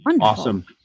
awesome